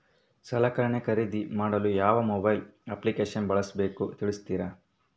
ಸಲಕರಣೆ ಖರದಿದ ಮಾಡಲು ಯಾವ ಮೊಬೈಲ್ ಅಪ್ಲಿಕೇಶನ್ ಬಳಸಬೇಕ ತಿಲ್ಸರಿ?